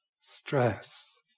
stress